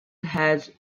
has